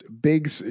big